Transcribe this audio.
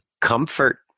comfort